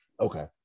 Okay